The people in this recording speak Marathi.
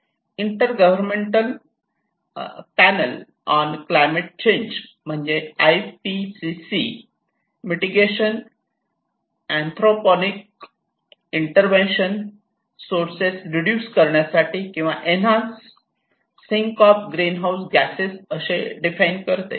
intergovernment panel on climate change म्हणजे I P C C mitigation anthropogenic intervention sources reduce करण्यासाठी किंवा enhance sink of greenhouse gases असे डिफाइन करते